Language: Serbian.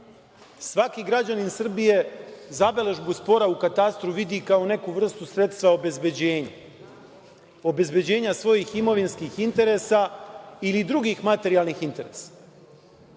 Svaki građanin Srbije zabeležbu spora u katastru vidi kao neku vrstu sredstva obezbeđenja, obezbeđenja svojih imovinskih interesa ili drugih materijalnih interesa.